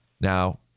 now